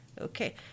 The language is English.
okay